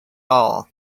all